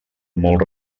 molt